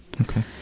Okay